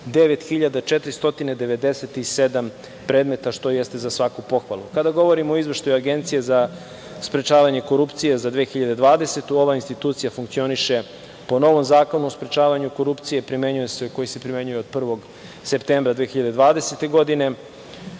9497 predmeta, što je za svaku pohvalu. Kada govorim o izveštaju Agencije za sprečavanje korupcije, za 2020. godinu, ova institucija funkcioniše po novom Zakonu o sprečavanju korupcije koji se primenjuje od 1. septembra 2020. godine.